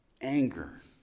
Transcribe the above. anger